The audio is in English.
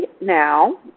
now